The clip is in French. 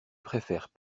préfèrent